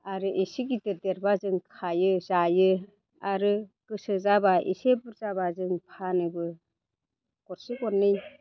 आरो एसे गिदिर देरोब्ला जों खायो जायो आरो गोसो जाब्ला एसे बुरजाब्ला जों फानोबो गरसे गरनै